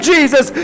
Jesus